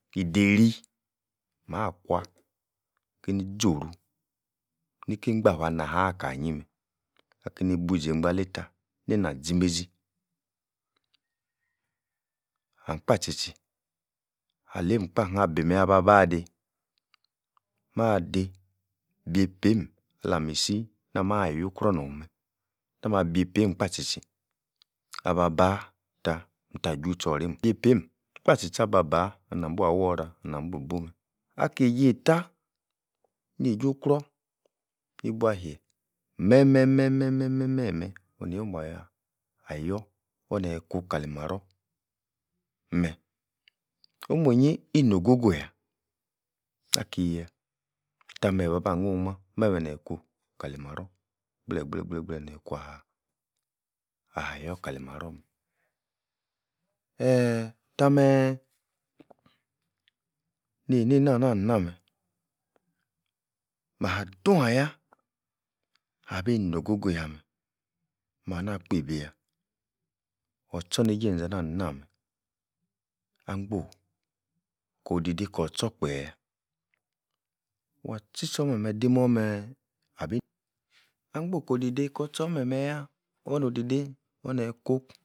Ideiri makwah, geni zoru, niki-ingbafueh alei-ah kanyi meh. akei-ni-bu zei-gba alei-tah, neina zi-meizi ahm-kpa tchi-tchi aleim-kpah nhabi meyi abah bah dei, mah-dei beipeim alamisi nah-mah yu-ukror norh-meh tahmah beipeim kpaah tchi-tchi aba-bah tah. ntah-ju-tchoreim yeipeim kpah tchi-tchi aba-bah nam-bua worah, nah-bu-buh-meh-meh akieje eitah neiju-ukror ibuahe meh-meh, meh-meh, meh-meh meh-meh-meh, onio-mah yah ayor onu-nie ku-kali maror meh omu-nyi ino-go-go yahi, aki-yah, tah-meh ehbah-bah nuhn-mah? meh-meh neku kaii marror meh gbleh-gbleh-gbleh neh kua-ayor kali marror, Ee-eeeh tah-meh, nei-na nah nah-meh, ma-dun ayah, abi no-go-go yah-meh mah-nah-kpebi, or-tchorneije enza-inam angbo'h ko-odi-dei kor-tchor-kpe yah, wah tchi-tchor meh-meh-dumor meh abi Angbo kor-odidei, kor tchor meh-yah onor-odide oneh-kun